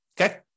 okay